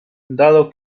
dado